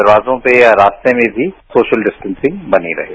दरवाजों में या रास्तों में भी सोशल डिस्टेंसिंग बनी रहें